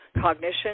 cognition